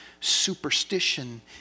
superstition